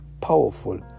powerful